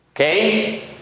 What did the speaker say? Okay